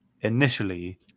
initially